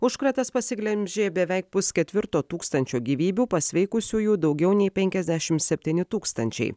užkratas pasiglemžė beveik pusketvirto tūkstančio gyvybių pasveikusiųjų daugiau nei penkiasdešimt septyni tūkstančiai